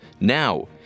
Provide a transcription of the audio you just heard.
Now